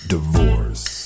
Divorce